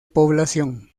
población